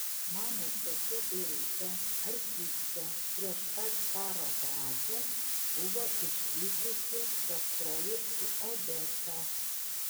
mano sesuo birutė artistė prieš pat karo pradžią buvo išvykusi gastrolių į odesą